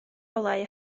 olau